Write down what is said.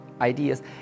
ideas